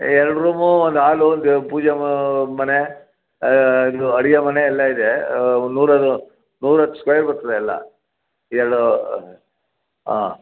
ಎರಡು ರೂಮು ಒಂದು ಆಲು ಒಂದು ಪೂಜೆ ಮಾ ಮನೆ ಇದು ಅಡಿಗೆ ಮನೆ ಎಲ್ಲ ಇದೆ ಒಂದು ನೂರು ನೂರಾ ಹತ್ತು ಸ್ಕ್ವೇರ್ ಬರ್ತದೆ ಎಲ್ಲ ಎರಡು ಆಂ